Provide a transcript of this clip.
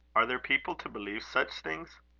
are there people to believe such things?